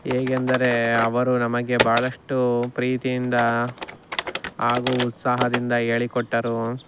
ಹೇಗೆಂದರೆ ಅವರು ನಮಗೆ ಭಾಳಷ್ಟು ಪ್ರೀತಿಯಿಂದ ಹಾಗೂ ಉತ್ಸಾಹದಿಂದ ಹೇಳಿಕೊಟ್ಟರು